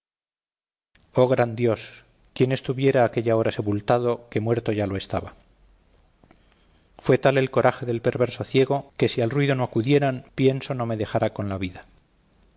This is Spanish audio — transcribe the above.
dios quién estuviera aquella hora sepultado que muerto ya lo estaba fue tal el coraje del perverso ciego que si al ruido no acudieran pienso no me dejara con la vida